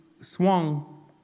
swung